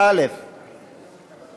איתן כבל,